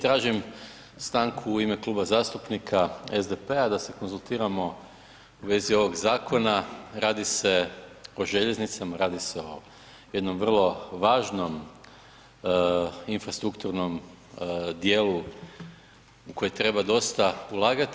Tražim stanku u ime Kluba zastupnika SDP-a da se konzultiramo u vezi ovog zakona, radi se o željeznicama, radi se o jednom vrlo važnom infrastrukturnom djelu u koji treba dosta ulagati.